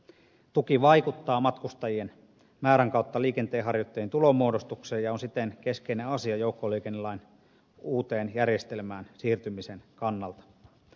tuki vaikuttaa matkustajien määrän kautta liikenteenharjoittajien tulonmuodostukseen ja on siten keskeinen asia joukkoliikennelain uuteen järjestelmään siirtymisen kannalta